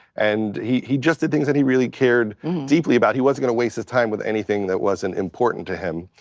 and he he just did things that he really cared deeply about. he wasn't gonna waste his time with anything that wasn't important to him,